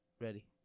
ready